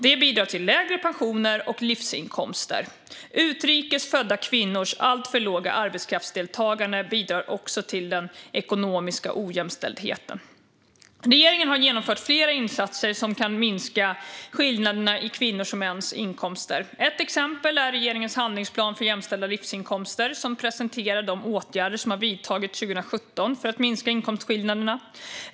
Det bidrar till lägre pensioner och livsinkomster. Utrikes födda kvinnors alltför låga arbetskraftsdeltagande bidrar också till den ekonomiska ojämställdheten. Regeringen har genomfört flera insatser som kan minska skillnaderna i kvinnors och mäns inkomster. Ett exempel är regeringens handlingsplan för jämställda livsinkomster, som presenterar de åtgärder som har vidtagits 2017 för att minska inkomstskillnaderna.